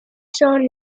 son